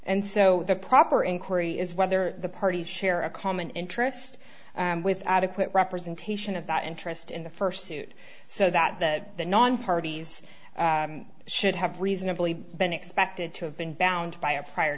and so the proper inquiry is whether the parties share a common interest with adequate representation of that interest in the first suit so that the non parties should have reasonably been expected to have been bound by a prior